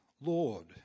Lord